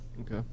Okay